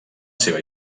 seva